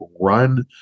run